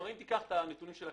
אם תיקח את הנתונים של הכרייה,